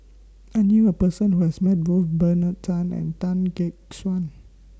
I knew A Person Who has Met Both Bernard Tan and Tan Gek Suan